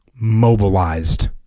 mobilized